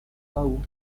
tahu